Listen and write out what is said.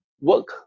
work